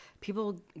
people